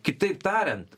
kitaip tariant